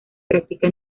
practica